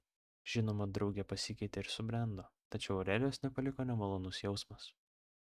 žinoma draugė pasikeitė ir subrendo tačiau aurelijos nepaliko nemalonus jausmas